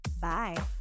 Bye